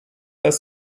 als